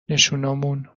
نشونامون